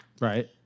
Right